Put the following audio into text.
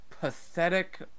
pathetic